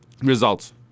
results